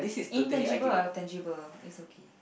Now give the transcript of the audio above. intangible or tangible it's okay